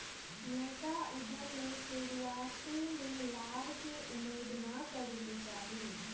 नयका उद्यम में शुरुआते में लाभ के उम्मेद न करेके चाही